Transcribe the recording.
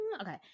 Okay